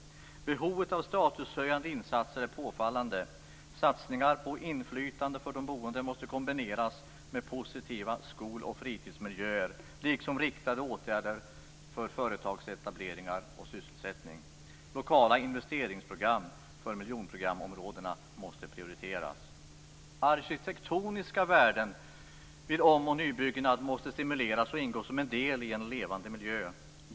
Behovet av statushöjande insatser är påfallande. Satsningar på inflytande för de boende måste kombineras med positiva skol och fritidsmiljöer liksom riktade åtgärder för företagsetableringar och sysselsättning. Lokala investeringsprogram för miljonprogramområdena måste prioriteras. Arkitektoniska värden vid om och nybyggnad måste stimuleras och ingå som en del i en levande miljö.